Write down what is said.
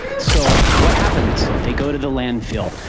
so what happens, they go to the landfill.